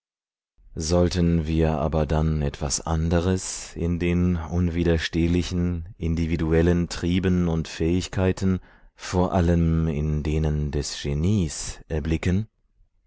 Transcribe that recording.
sollten wir aber dann etwas anderes in den unwiderstehlichen individuellen trieben und fähigkeiten vor allem in denen des genies erblicken